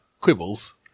quibbles